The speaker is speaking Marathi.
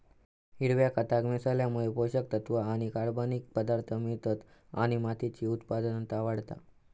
हिरव्या खताक मिसळल्यामुळे पोषक तत्त्व आणि कर्बनिक पदार्थांक मिळतत आणि मातीची उत्पादनता वाढता